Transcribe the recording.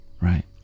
right